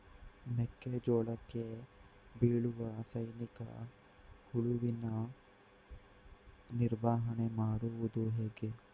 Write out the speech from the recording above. ಮೆಕ್ಕೆ ಜೋಳಕ್ಕೆ ಬೀಳುವ ಸೈನಿಕ ಹುಳುವಿನ ನಿರ್ವಹಣೆ ಮಾಡುವುದು ಹೇಗೆ?